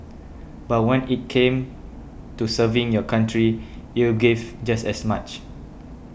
but when it came to serving your country you're gave just as much